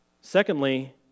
Secondly